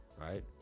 right